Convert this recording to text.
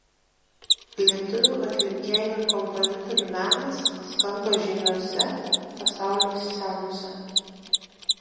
lietuvių atlikėjų ir kompozitorių menas skamba žymiose pasaulio scenose